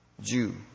Jew